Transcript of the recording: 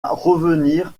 revenir